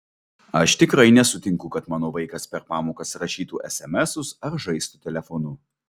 aš tikrai nesutinku kad mano vaikas per pamokas rašytų esemesus ar žaistų telefonu